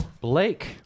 Blake